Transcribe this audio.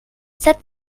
sept